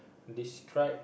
describe